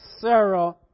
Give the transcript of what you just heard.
Sarah